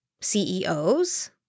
CEOs